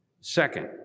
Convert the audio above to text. Second